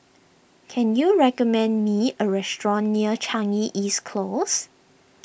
can you recommend me a restaurant near Changi East Close